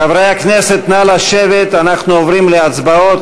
חברי הכנסת, נא לשבת, אנחנו עוברים להצבעות.